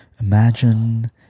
Imagine